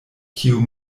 kiu